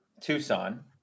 Tucson